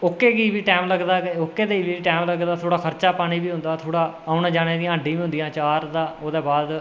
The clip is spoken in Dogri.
ओह्के दे बी टैम लगदा ओह्के दे बी टैम लगदा थोह्ड़ा खर्चा पानी बी होंदा औने जानें दियां हांडी बी होंदियां चार तां ओह्दे बाद